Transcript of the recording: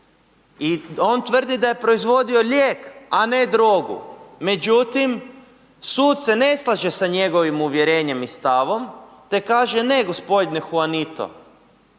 i on tvrdi da je proizvodio a ne drogu, međutim sud se ne slaže sa njegovim uvjerenjem i stavom te kaže, ne gospodine Huanito,